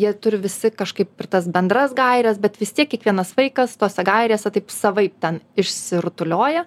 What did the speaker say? jie turi visi kažkaip ir tas bendras gaires bet vis tiek kiekvienas vaikas tose gairėse taip savaip ten išsirutulioja